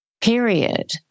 Period